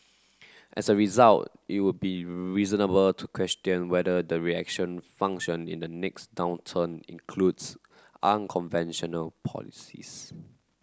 as a result it would be reasonable to question whether the reaction function in the next downturn includes unconventional policies